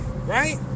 Right